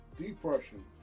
depression